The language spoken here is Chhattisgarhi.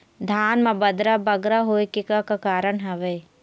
धान म बदरा बगरा होय के का कारण का हवए?